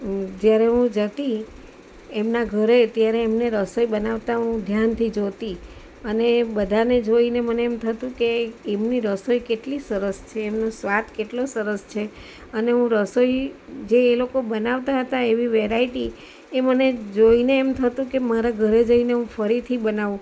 જ્યારે હું જતી એમના ઘરે ત્યારે એમને રસોઈ બનાવતા હું ધ્યાનથી જોતી અને બધાને જોઈને મને થતું કે એમની રસોઈ કેટલી સરસ છે એમનો સ્વાદ કેટલો સરસ છે અને હું રસોઈ જે એ લોકો બનાવતા હતા એવી વેરાયટી એ મને જોઈને એમ થતું કે મારા ઘરે જઈને હું ફરીથી બનાવું